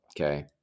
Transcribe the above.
Okay